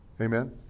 Amen